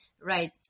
right